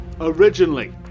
originally